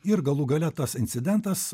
ir galų gale tas incidentas